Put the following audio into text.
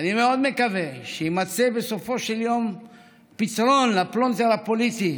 אני מאוד מקווה שיימצא בסופו של יום פתרון לפלונטר הפוליטי,